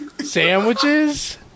Sandwiches